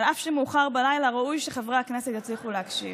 אף שמאוחר בלילה, ראוי שחברי הכנסת יצליחו להקשיב.